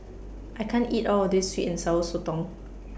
I can't eat All of This Sweet and Sour Sotong